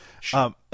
Sure